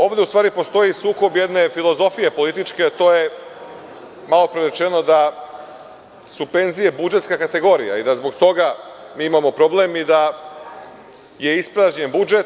Ovde ustvari postoji sukob jedne filozofije političke, to je malopre rečeno, da su penzije budžetska kategorija i da zbog toga mi imamo problem i da je ispražnjen budžet.